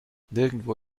nirgendwo